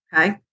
okay